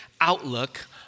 outlook